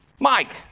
Mike